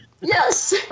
Yes